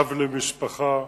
אב למשפחה,